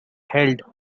held